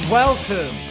welcome